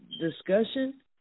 discussion